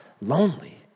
lonely